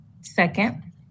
Second